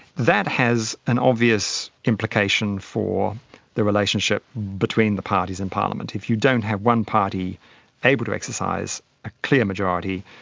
that has an obvious implication for the relationship between the parties in parliament. if you don't have one party able to exercise a clear majority,